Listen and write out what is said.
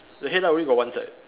the headlight only got one side